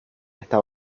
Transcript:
está